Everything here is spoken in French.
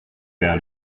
vers